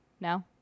No